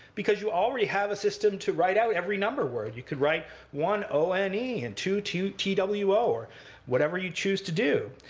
because you already have a system to write out every number word. you could write one o n e, and two t w o, or whatever you choose to do.